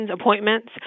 appointments